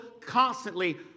constantly